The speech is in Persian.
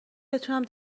بتونم